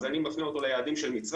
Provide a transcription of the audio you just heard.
אז אני מזמין אותו ליעדים של מצרים,